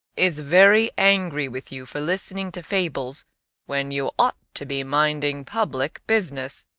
is very angry with you for listening to fables when you ought to be minding public business.